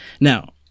Now